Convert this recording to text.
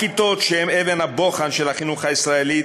הכיתות, שהן אבן הבוחן של החינוך הישראלי,